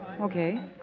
Okay